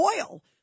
oil